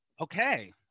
okay